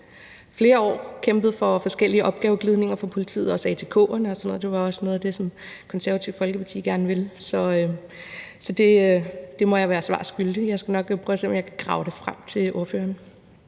flere år kæmpet for forskellige opgaveglidninger, også atk'en osv. Det var også noget af det, som Det Konservative Folkeparti gerne ville. Men der må jeg være svar skyldig, jeg skal nok prøve at se, om jeg kan grave det frem til ordføreren.